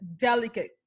delicate